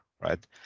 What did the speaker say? right